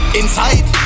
inside